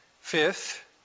Fifth